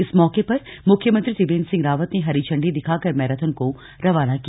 इस मौके पर मुख्यमंत्री त्रिवेन्द्र सिंह रावत ने झण्डी दिखाकर मैराथन को रवाना किया